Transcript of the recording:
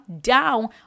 down